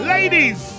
Ladies